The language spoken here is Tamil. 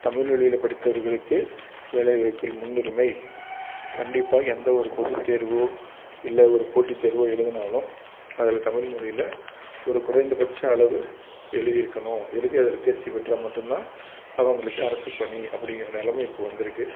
தமிழ் வழியில படித்தவர்களுக்கு வேலை வாய்ப்பில் முன்னுரிமை கண்டிப்பாக எந்த ஒரு பொதுத் தேர்வோ இல்லை ஒரு போட்டித் தேர்வோ எழுதுனாலும் அதில் தமிழ் மொழியில ஒரு குறைந்தபட்சம் அளவு எழுதிருக்கணும் எழுதி அதில் தேர்ச்சி பெற்றால் மட்டுந்தான் அவங்களுக்கு அரசு பணி அப்படிங்கிற நெலமை இப்போ வந்திருக்கு